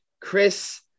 Chris